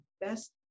best